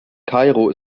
kairo